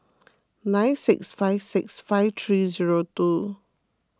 nine six five six five three zero two